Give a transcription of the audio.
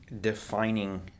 defining